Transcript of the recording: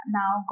now